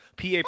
PA